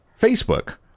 Facebook